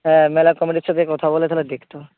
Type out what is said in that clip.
হ্যাঁ মেলা কমিটির সাথে কথা বলে তাহলে দেখ তো